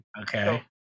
Okay